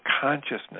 consciousness